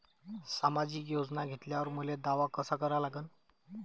सामाजिक योजना घेतल्यावर मले दावा कसा करा लागन?